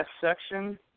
section